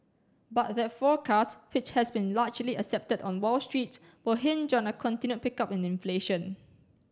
but that forecast which has been largely accepted on Wall Street will hinge on a continued pickup in inflation